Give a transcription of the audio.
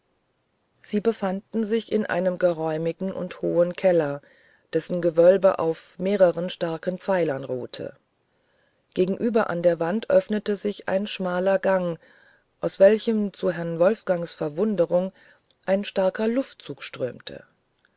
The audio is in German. sie befanden sich in einem geräumigen und hohen keller dessen gewölbe auf mehreren starken pfeilern ruhete gegenüber in der wand öffnete sich ein schmaler gang aus welchem zu herrn wolfgangs verwunderung ein starker luftzug strömte